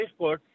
Facebook